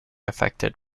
affected